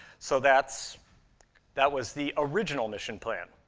so that's that was the original mission plan.